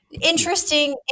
interesting